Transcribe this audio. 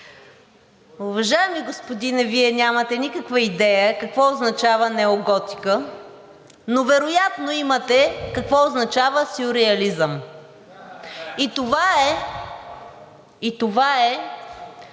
Уважаеми господине, Вие нямате никаква идея какво означава неоготика, но вероятно имате какво означава сюрреализъм. (Шум и